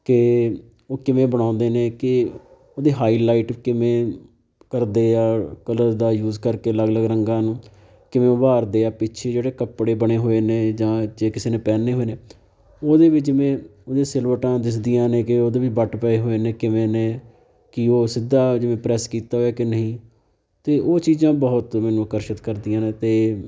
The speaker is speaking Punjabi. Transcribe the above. ਕਿ ਉਹ ਕਿਵੇਂ ਬਣਾਉਂਦੇ ਨੇ ਕਿ ਉਹਦੇ ਹਾਈਲਾਈਟ ਕਿਵੇਂ ਕਰਦੇ ਆ ਕਲਰ ਦਾ ਯੂਜ ਕਰਕੇ ਅਲੱਗ ਅਲੱਗ ਰੰਗਾਂ ਨੂੰ ਕਿਵੇਂ ਉਭਾਰਦੇ ਆ ਪਿੱਛੇ ਜਿਹੜੇ ਕੱਪੜੇ ਬਣੇ ਹੋਏ ਨੇ ਜਾਂ ਜੇ ਕਿਸੇ ਨੇ ਪਹਿਨੇ ਹੋਏ ਨੇ ਉਹਦੇ ਵਿੱਚ ਜਿਵੇਂ ਉਹਦੇ ਸਿਲਵਟਾਂ ਦਿੱਸਦੀਆਂ ਨੇ ਕਿ ਉਹਦੇ ਵੀ ਵੱਟ ਪਏ ਹੋਏ ਨੇ ਕਿਵੇਂ ਨੇ ਕਿ ਉਹ ਸਿੱਧਾ ਜਿਵੇਂ ਪ੍ਰੈੱਸ ਕੀਤਾ ਹੋਇਆ ਕਿ ਨਹੀਂ ਅਤੇ ਉਹ ਚੀਜ਼ਾਂ ਬਹੁਤ ਮੈਨੂੰ ਆਕਰਸ਼ਿਤ ਕਰਦੀਆਂ ਨੇ ਅਤੇ